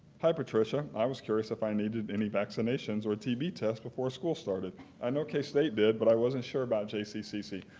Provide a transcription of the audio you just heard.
hi, patricia. i was curious if i needed any vaccinations or a tb test before school started. i know k-state did, but i wasn't sure about jccc.